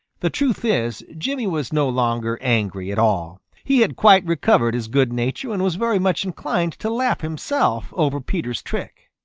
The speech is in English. the truth is, jimmy was no longer angry at all. he had quite recovered his good nature and was very much inclined to laugh himself over peter's trick.